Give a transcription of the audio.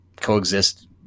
coexist